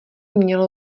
mělo